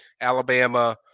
Alabama